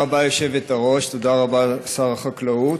היושבת-ראש, תודה רבה, שר החקלאות.